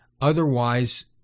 otherwise